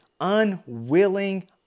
unwilling